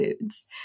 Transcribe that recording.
foods